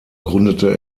gründete